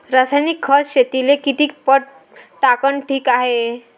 रासायनिक खत शेतीले किती पट टाकनं ठीक हाये?